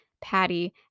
Patty